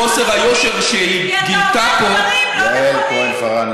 כי חוסר היושר שהיא גילתה פה, יעל כהן-פארן.